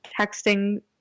texting